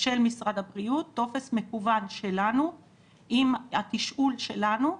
של משרד הבריאות, טופס מקוון שלנו עם התשאול שלנו,